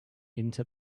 into